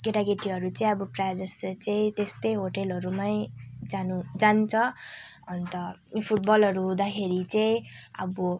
केटाकेटीहरू चाहिँ अब प्रायः जस्तो चाहिँ त्यस्तै होटलहरूमै जानु जान्छ अन्त फुटबलहरू हुँदाखेरि चाहिँ अब